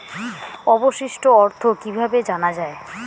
অবশিষ্ট অর্থ কিভাবে জানা হয়?